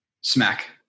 Smack